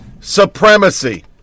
supremacy